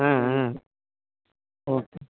okay